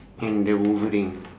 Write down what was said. and the wolverine